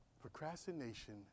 procrastination